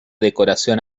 decoración